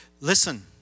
listen